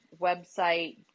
Website